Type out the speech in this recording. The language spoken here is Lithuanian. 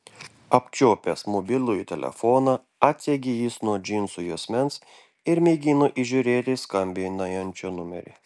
apčiuopęs mobilųjį telefoną atsegė jį nuo džinsų juosmens ir mėgino įžiūrėti skambinančiojo numerį